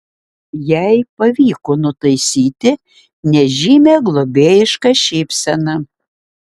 jai pavyko nutaisyti nežymią globėjišką šypseną